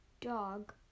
dog